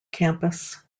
campus